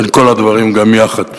בין כל הדברים גם יחד.